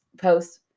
post